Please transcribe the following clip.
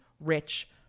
rich